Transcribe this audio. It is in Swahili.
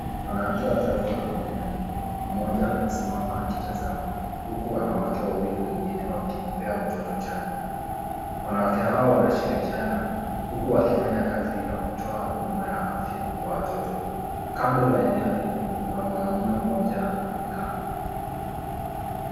Wanawake watatu wanaonekana. Mmoja amesimama akitazama, huku wanawake wengine wawili wakimpea mtoto chanjo. Wanawake hawa wanashirikiana, huku wakifanya kazi ya kutoa huduma ya afya Kwa watoto. Kando ya eneo hilo, kuna mwanamume mmoja amekaa.